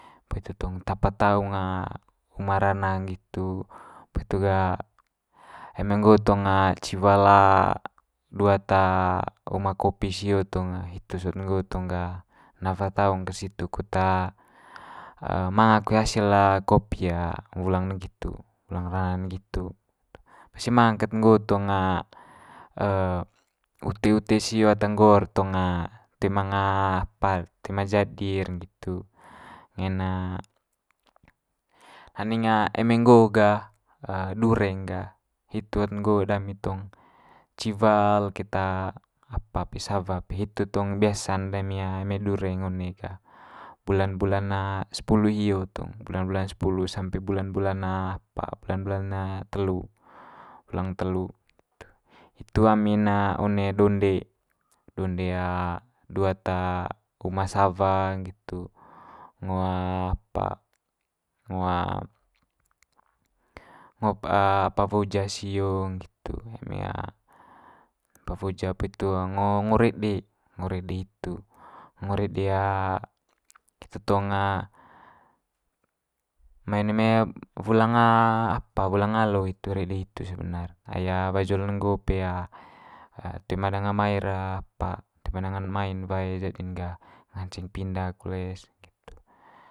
Poli hitu tong tapa taung uma rana nggitu, poli hitu ga eme nggo tong ciwal duat uma kopi sio tong hitu sot nggo tong ga na wa taung ket situ kut manga koe hasil kopi wulang ne nggitu wulang nggitu. Pasti manga ket nggo tong ute ute sio ata nggo'r tong toe manga apa'd toe ma jadi'r nggitu ngain. Landing eme nggo gah dureng gah hitu hot nggo dami tong ciwal keta apa pe sawa pe hitu tong biasa'n dami eme dureng one ga bulan bulan sepulu hio tong, bulan bulan sepulu sampe bulan apa bulan bulan telu, wulang telu hitu itu. Hitu ami'n one donde donde duat uma sawa nggitu. Ngo apa ngo apa woja sio nggitu eme apa woja, poli itu ngo reden ngo rede hitu. Ngo rede hitu tong mai one mai wulang apa wulang alo hitu rede hitu sebenar ai wajol ne nggo pe toe ma danga mai'r apa toe ma danga ma'n wae jadi'n gah nganceng pinda kole's nggitu.